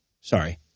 Sorry